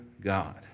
God